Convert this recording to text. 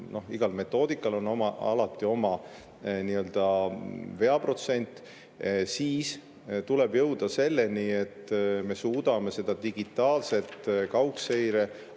igal metoodikal on alati oma nii-öelda veaprotsent –, siis tuleb jõuda selleni, et me suudame teha digitaalset kaugseiret,